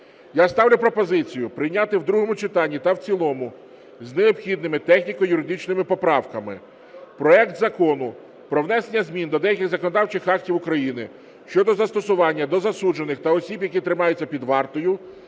Я ставлю пропозицію, прийняти в другому читанні та в цілому, з необхідними техніко-юридичними поправками, проект Закону про внесення змін до деяких законодавчих актів України щодо застосування до засуджених та осіб, які тримаються під вартою,